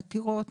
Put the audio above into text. עתירות,